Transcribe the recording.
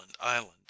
Island